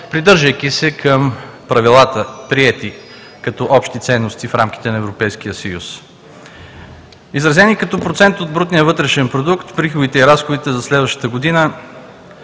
придържайки се към правилата, приети като общи ценности в рамките на Европейския съюз. Изразени като процент от брутния вътрешен продукт, приходите и разходите за следващата година